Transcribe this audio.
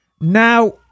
Now